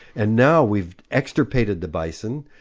and now we've extirpated the bison,